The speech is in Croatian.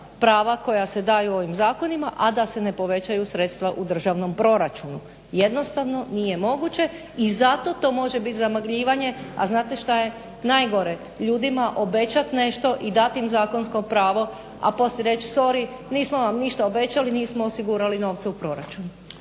prava koja se daju ovim zakonima a da se ne povećaju sredstva u državnom proračunu. Jednostavno nije moguće i zato to može biti zamagljivanje, a znate šta je najgore, ljudima obećat nešto i dat im zakonsko pravo a poslije reć' nismo vam ništa obećali nismo osigurali novce u proračunu.